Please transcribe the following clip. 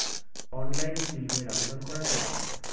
অনলাইনে কি ঋনের আবেদন করা যায়?